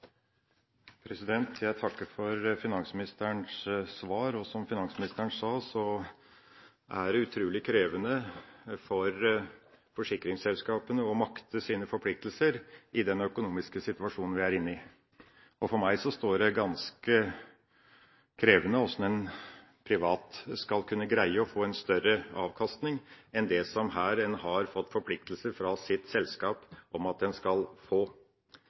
det. Jeg takker for finansministerens svar, og, som han sa, er det utrolig krevende for forsikringsselskapene å makte sine forpliktelser i den økonomiske situasjonen vi er i. For meg framstår det som ganske krevende hvordan en privat skal kunne greie å få en større avkastning enn det en har fått av forpliktelser fra sitt selskap. Det vi står overfor, er en situasjon hvor en sjølsagt er nødt til å få